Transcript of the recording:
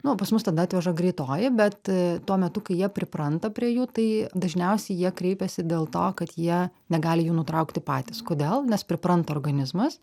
nu pas mus tada atveža greitoji bet a tuo metu kai jie pripranta prie jų tai dažniausiai jie kreipiasi dėl to kad jie negali jų nutraukti patys kodėl nes pripranta organizmas